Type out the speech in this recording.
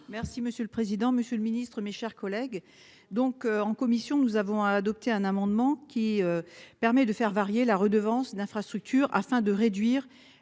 Merci monsieur le président, Monsieur le Ministre, mes chers collègues. Donc en commission, nous avons adopté un amendement qui permet de faire varier la redevance d'infrastructure afin de réduire